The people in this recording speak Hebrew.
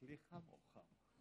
תודה רבה, אדוני היושב-ראש.